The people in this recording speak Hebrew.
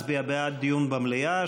מצביע בעד דיון במליאה,